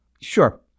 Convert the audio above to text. Sure